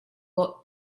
ought